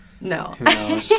No